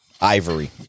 Ivory